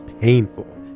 painful